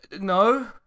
No